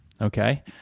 okay